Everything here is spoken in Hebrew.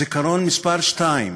זיכרון מס' 2,